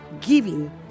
giving